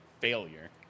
failure